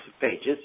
pages